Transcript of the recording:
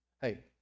hey